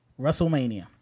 WrestleMania